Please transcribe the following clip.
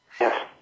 Yes